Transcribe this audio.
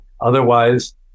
Otherwise